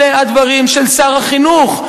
אלה הדברים של שר החינוך.